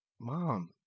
Mom